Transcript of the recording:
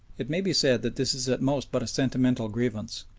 it may be said that this is at most but a sentimental grievance,